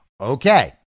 okay